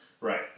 Right